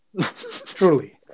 Truly